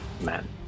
man